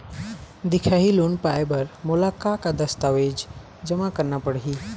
दिखाही लोन पाए बर मोला का का दस्तावेज जमा करना पड़ही?